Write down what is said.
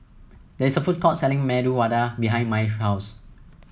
there's a food court selling Medu Vada behind Mai's house